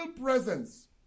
presence